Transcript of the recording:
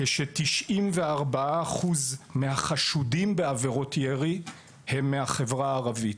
כ- 94% מהחשודים בעברות ירי, הם מהחברה הערבית.